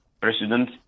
President